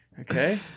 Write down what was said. okay